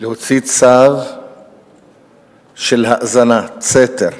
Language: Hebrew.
להוציא צו של האזנת סתר,